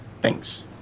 Thanks